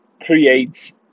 creates